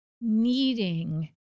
needing